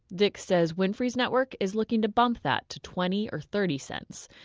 dix says winfrey's network is looking to bump that to twenty or thirty cents.